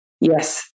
Yes